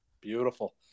Beautiful